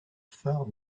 phare